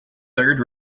third